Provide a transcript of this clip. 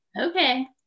Okay